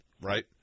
right